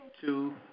two